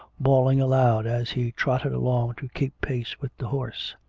bawling aloud as he trotted along to keep pace with the horse.